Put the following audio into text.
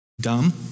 dumb